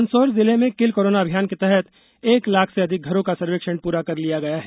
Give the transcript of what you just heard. मंदसौर जिले में kill corona अभियान के तहत एक लाख से अधिक घरों का सर्वेक्षण पूरा कर लिया गया है